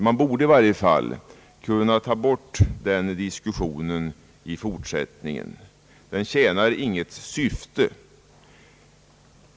Man borde i varje fall kunna upphöra med diskussionen härom — den tjänar inget syfte.